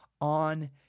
on